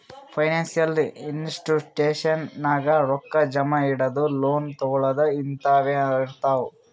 financial institution ನಾಗ್ ರೊಕ್ಕಾ ಜಮಾ ಇಡದು, ಲೋನ್ ತಗೋಳದ್ ಹಿಂತಾವೆ ಇರ್ತಾವ್